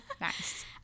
Nice